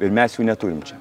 ir mes jų neturim čia